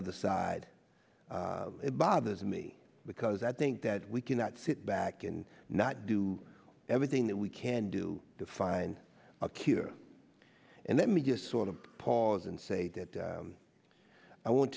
other side it bothers me because i think that we cannot sit back and not do everything that we can do to find a cure and let me just sort of pause and say that i want